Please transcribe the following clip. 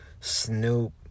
Snoop